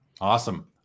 Awesome